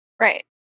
Right